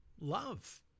love